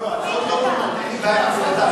ההצעה שלי אחרת לגמרי.